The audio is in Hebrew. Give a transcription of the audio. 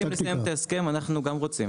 הם רוצים לסיים את ההסכם, אנחנו גם רוצים.